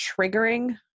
triggering